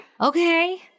okay